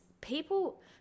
people